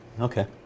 Okay